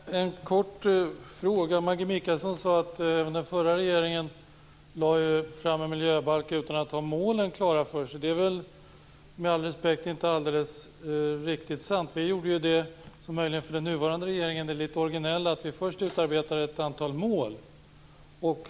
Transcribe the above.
Fru talman! Bara en kort fråga. Maggi Mikaelsson sade att den förra regeringen lade fram en miljöbalk utan att ha målen klara för sig. Det är väl med all respekt inte alldeles riktigt. Vi gjorde det för den nuvarande regeringen förmodligen litet originella att vi först utarbetade ett antal mål.